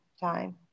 time